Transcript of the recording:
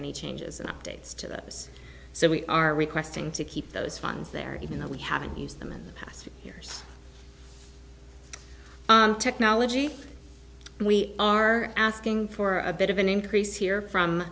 any changes in updates to those so we are requesting to keep those funds there even though we haven't used them in the past years technology we are asking for a bit of an increase here from